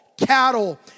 cattle